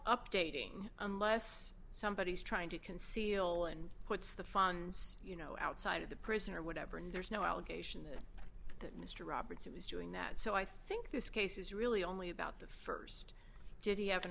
updating unless somebody is trying to conceal and puts the funds you know outside of the prison or whatever and there's no allegation that that mr robertson was doing that so i think this case is really only about the st did he have an